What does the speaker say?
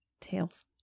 Tails